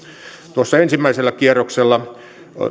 tuossa ensimmäisellä kierroksella